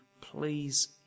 please